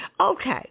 Okay